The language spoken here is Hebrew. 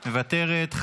מוותרת,